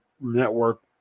network